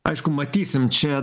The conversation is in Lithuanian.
aišku matysim čia